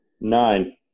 nine